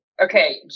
Okay